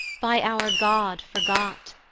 by our god forgot!